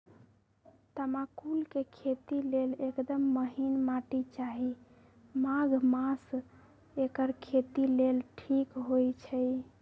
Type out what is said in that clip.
तमाकुल के खेती लेल एकदम महिन माटी चाहि माघ मास एकर खेती लेल ठीक होई छइ